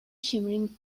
shimmering